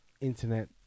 internet